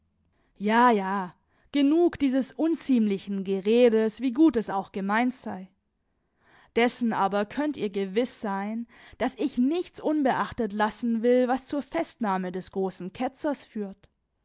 ja ja genug dieses unziemlichen geredes wie gut es auch gemeint sei dessen aber könnt ihr gewiß sein daß ich nichts unbeachtet lassen will was zur festnahme des großen ketzers führt